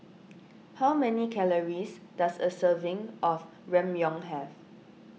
how many calories does a serving of Ramyeon have